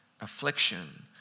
affliction